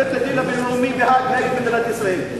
בית-הדין הבין-לאומי בהאג נגד מדינת ישראל.